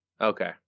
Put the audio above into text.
Okay